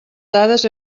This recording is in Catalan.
dades